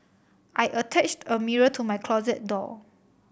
I attached a mirror to my closet door